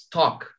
talk